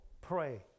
pray